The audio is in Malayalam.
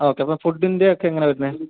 ആ ഓക്കെ അപ്പം ഫുഡിന്റെ ഒക്കെ എങ്ങനാണ് വരുന്നത്